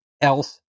else